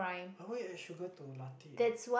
!huh! why you add sugar to Latte